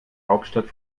hauptstadt